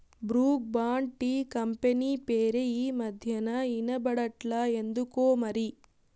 Brooke Bond tea company పేరే ఈ మధ్యనా ఇన బడట్లా ఎందుకోమరి